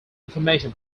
information